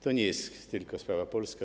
To nie jest tylko sprawa polska.